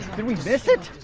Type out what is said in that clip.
did we miss it?